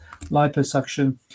liposuction